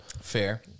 Fair